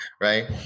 right